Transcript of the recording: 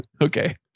Okay